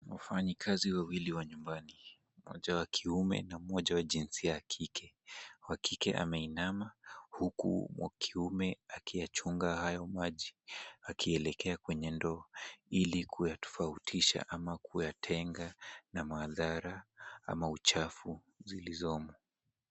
Wafanyikazi wawili wa nyumbani, mmoja wa kiume na mmoja wa jinsia ya kike. Wa kike ameinama huku wa kiume akiyachunga hayo maji, yakielekea kwenye ndoo ili kuyatofautisha ama kuyatenga na madhara ama uchafu zilizomo.